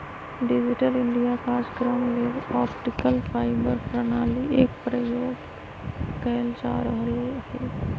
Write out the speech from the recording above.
digital India काजक्रम लेल optical fibre प्रणाली एक प्रयोग कएल जा रहल हइ